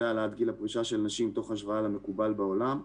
העלאת גיל הפרישה של נשים תוך השוואה למקובל בעולם.